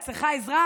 את צריכה עזרה?